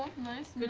nice.